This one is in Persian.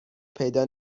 پیدا